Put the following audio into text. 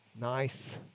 Nice